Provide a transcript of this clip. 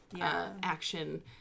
action